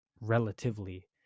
relatively